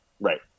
Right